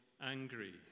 angry